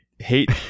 Hate